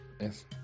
Yes